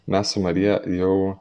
mes su marija jau